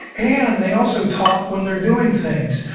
and they also talk when they're doing things,